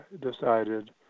decided